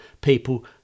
people